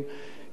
שעבדה,